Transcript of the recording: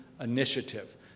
initiative